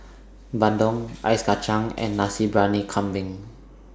Bandung Ice Kacang and Nasi Briyani Kambing